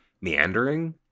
Meandering